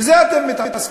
בזה אתם מתעסקים.